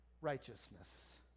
righteousness